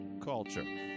culture